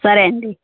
సరే అండి